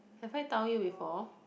have I tell you before